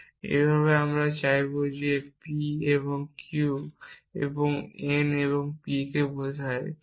আমরা এইভাবে চাইব যেমন p এবং q এবং n এবং p বোঝায়